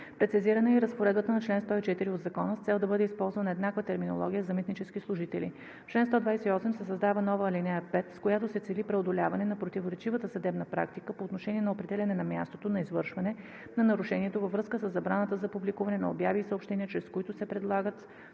Прецизирана е и разпоредбата на чл. 104 от Закона, с цел да бъде използвана еднаква терминология за „митнически служители“. В чл. 128 се създава нова ал. 5, с която се цели преодоляване на противоречивата съдебна практика по отношение на определяне на мястото на извършване на нарушението във връзка със забраната за публикуване на обяви и съобщения, чрез които се предлагат